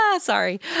sorry